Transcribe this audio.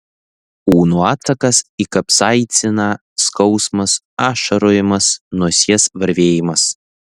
kūno atsakas į kapsaiciną skausmas ašarojimas nosies varvėjimas